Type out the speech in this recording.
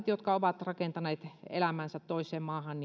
jotka ovat rakentaneet elämänsä toiseen maahan